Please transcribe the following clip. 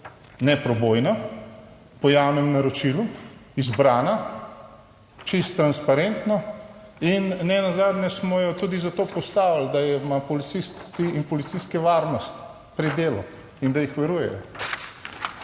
neprebojno po javnem naročilu izbrana, čisto, transparentno in nenazadnje smo jo tudi za to postavili, da imajo policisti in policistke varnost pri delu in da jih varuje.